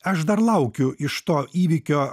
aš dar laukiu iš to įvykio